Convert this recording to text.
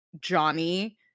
johnny